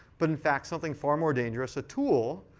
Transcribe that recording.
but in fact, something far more dangerous a tool,